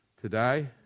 today